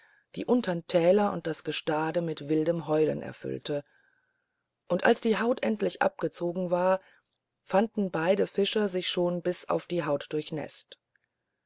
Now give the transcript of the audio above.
die untern täler und das gestade mit wildem heulen erfüllte und als die haut endlich abgezogen war fanden beide fischer sich schon bis auf die haut durchnäßt